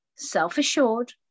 Self-assured